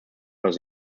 weg